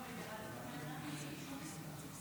שהחזירה ועדת החינוך,